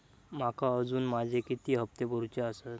माका अजून माझे किती हप्ते भरूचे आसत?